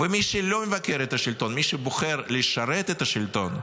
ומי שלא מבקר את השלטון, מי שבוחר לשרת את השלטון,